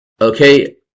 Okay